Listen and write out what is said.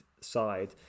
side